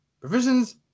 provisions